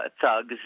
thugs